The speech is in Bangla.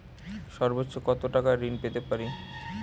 সর্বোচ্চ কত টাকা ঋণ পেতে পারি?